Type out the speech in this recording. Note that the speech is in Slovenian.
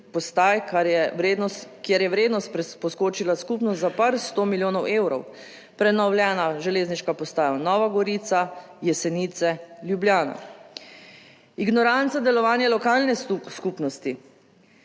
kar je vrednost poskočila skupno za par 100 milijonov evrov. Prenovljena železniška postaja Nova Gorica, Jesenice, Ljubljana, Ignoranca delovanja lokalne skupnosti,